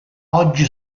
oggi